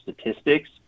statistics